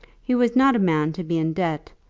he was not a man to be in debt,